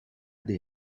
des